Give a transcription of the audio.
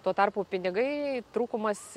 tuo tarpu pinigai trūkumas